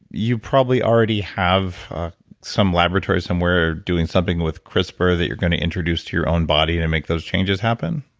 you probably already have some laboratory somewhere doing something with crisper that you're going to introduce to your own body to make those changes happen